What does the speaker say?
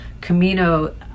Camino